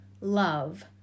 love